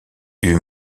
eut